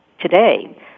today